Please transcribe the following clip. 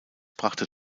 brachte